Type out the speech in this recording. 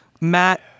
Matt